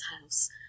house